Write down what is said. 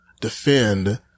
defend